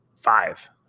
five